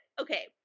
okay